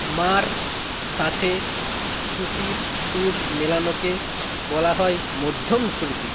মা র সাথে শুতির সুর মেলানোকে বলা হয় মধ্যম শ্রুতি